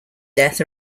death